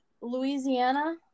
Louisiana